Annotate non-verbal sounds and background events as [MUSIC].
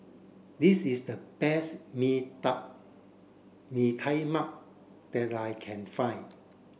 this is the best Mee [UNINTELLIGIBLE] Mee Tai Mak that I can find